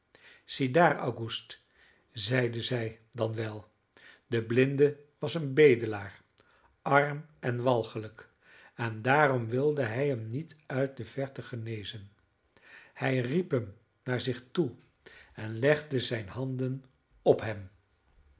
ziedaar auguste zeide zij dan wel de blinde was een bedelaar arm en walgelijk en daarom wilde hij hem niet uit de verte genezen hij riep hem naar zich toe en legde zijne handen op hem